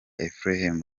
ephraim